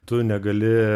tu negali